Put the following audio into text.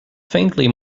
faintly